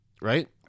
right